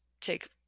take